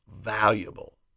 valuable